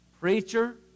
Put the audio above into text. Preacher